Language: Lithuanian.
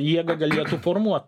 jėgą galėtų formuot